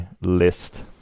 list